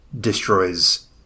destroys